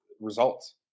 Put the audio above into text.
results